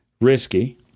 risky